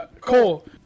Cole